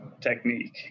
technique